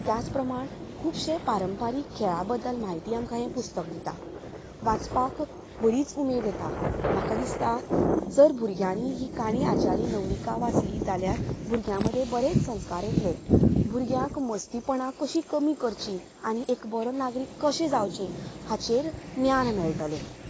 त्याच प्रमाण खुबशें पारंपारीक खेळां बद्दल म्हायती आमकां हे पुस्तक दिता वाचपाक बरीच उमेद येता म्हाका दिसता जर भुरग्यांनी ही काणी आज्याली नवलिका वाचली जाल्यार भुरग्यां मदें बरें संस्कार येतले भुरग्यांक मस्तीपणां कशी कमी करची आनी एक बरें नागरीक कशें जावंचे हाचेर ज्ञान मेळटलें